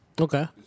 Okay